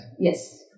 yes